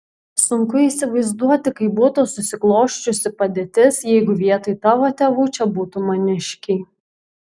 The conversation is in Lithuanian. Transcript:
sunku įsivaizduoti kaip būtų susiklosčiusi padėtis jeigu vietoj tavo tėvų čia būtų maniškiai